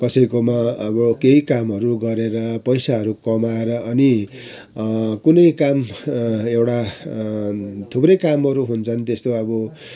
कसैकोमा अब केही कामहरू गरेर पैसाहरू कमाएर अनि कुनै काम एउटा थुप्रै कामहरू हुन्छन् त्यस्तो अब